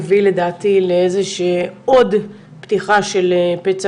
הביא לדעתי לאיזה עוד פתיחה של פצע